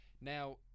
Now